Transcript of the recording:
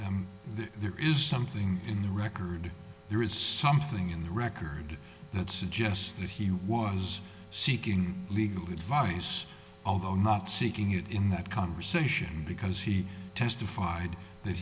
d there is something in the record there is something in the record that suggests that he was seeking legal advice although not seeking it in that conversation because he testified that